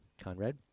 Conrad